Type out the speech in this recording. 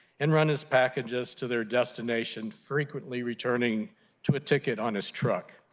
and run his packages to their destination, frequently returning to a ticket on his truck.